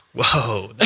Whoa